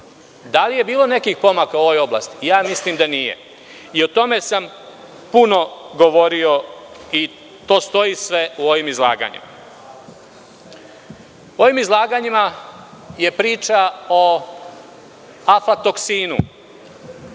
Da li je bilo nekih pomaka u ovoj oblasti? Mislim da nije. I o tome sam puno govorio i to sve stoji u ovim izlaganjima.U ovim izlaganjima je priča o aflatoksinu,